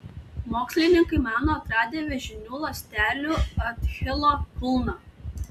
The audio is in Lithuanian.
mokslininkai mano atradę vėžinių ląstelių achilo kulną